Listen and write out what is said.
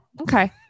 Okay